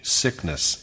sickness